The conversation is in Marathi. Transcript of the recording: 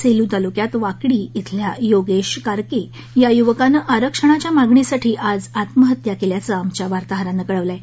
सेलू तालुक्यात वाकडी इथल्या योगेश कारके या युवकानं आरक्षणाच्या मागणीसाठी आज आत्महत्या केल्याचं आमच्या वार्ताहरानं कळवलं आहे